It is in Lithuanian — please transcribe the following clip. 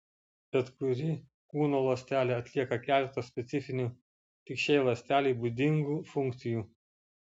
bet kuri kūno ląstelė atlieka keletą specifinių tik šiai ląstelei būdingų funkcijų